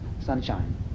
sunshine